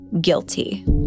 Guilty